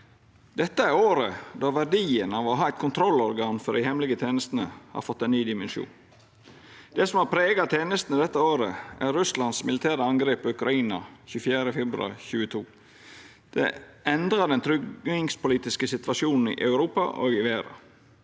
Dette er året då verdien av å ha eit kontrollorgan for dei hemmelege tenestene har fått ein ny dimensjon. Det som har prega tenestene dette året, er Russlands militære angrep på Ukraina 24. februar 2022. Det endra den tryggingspolitiske situasjonen i Europa og i verda.